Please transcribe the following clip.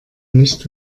nicht